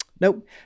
Nope